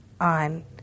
on